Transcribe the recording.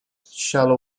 shallow